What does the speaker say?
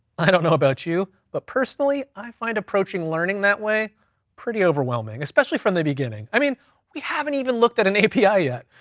i don't know about you, but personally i find approaching learning that way pretty overwhelming, especially from the beginning. i mean we haven't even looked at an api yet,